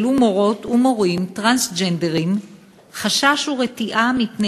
מורות ומורים טרנסג'נדרים העלו חשש ורתיעה מפני